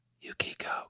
yukiko